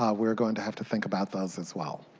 um we are going to have to think about this, as well.